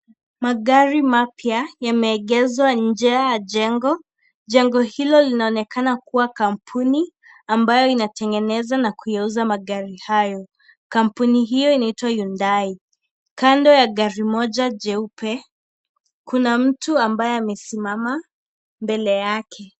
Magari mapya yameegezwa nje ya jengo, jengo hilo linaonekana kuwa kampuni ambayo inatengeneza na kuyauza magari hayo, kampuni hiyo inaitwa (cs)Hyundai(cs),kando ya gari moja jeupe kuna mtu ambaye amesimama mbele yake.